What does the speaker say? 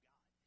God